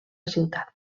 ciutat